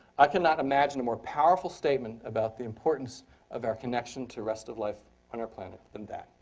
i cannot imagine a more powerful statement about the importance of our connection to rest of life on our planet than that.